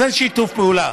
אז אין שיתוף פעולה.